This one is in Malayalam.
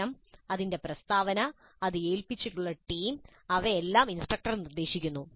പ്രശ്നം അതിന്റെ പ്രസ്താവന അത് ഏൽപ്പിച്ചിട്ടുള്ള ടീം അവയെല്ലാം ഇൻസ്ട്രക്ടർ നിർദ്ദേശിക്കുന്നു